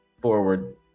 forward